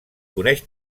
coneix